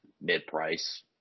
mid-price